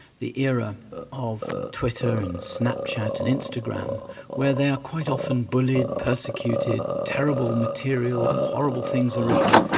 the era of twitter and snapchat and instagram where they are quite often bullied, persecuted, terrible material, horrible things are written.